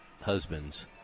husbands